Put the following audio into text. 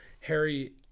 Harry